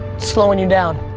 slowing you down.